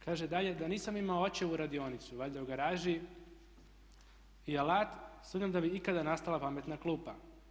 Kaže dalje, da nisam imao očevu radionicu valjda u garaži i alat sumnjam da bi ikada nastala pametna klupa.